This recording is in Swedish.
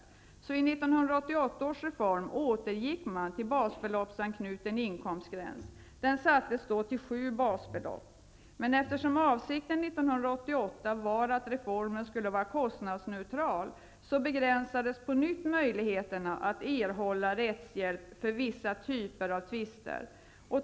I 1988 års reform återgick man till basbeloppsanknuten inkomstgräns. Den sattes då till 7 basbelopp. Men eftersom avsikten 1988 var att reformen skulle vara kostnadsneutral, begränsades på nytt möjligheterna att erhålla rättshjälp för vissa typer av tvister.